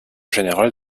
général